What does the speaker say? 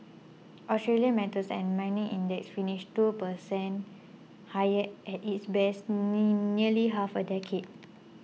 Australia's metals and mining index finished two percent higher at its best in nearly half a decade